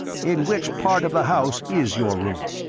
in which part of the house is your room?